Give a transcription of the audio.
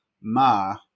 ma